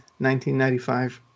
1995